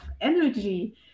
energy